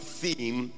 theme